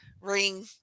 ring